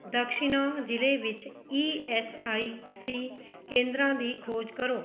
ਦਕਸ਼ਿਨਾ ਜ਼ਿਲ੍ਹੇ ਵਿੱਚ E S I C ਕੇਂਦਰਾਂ ਦੀ ਖੋਜ ਕਰੋ